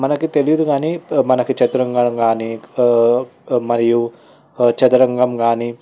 మనకి తెలియదు కానీ మనకు చదరంగం గాని మరియు చదరంగం కానీ